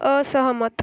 असहमत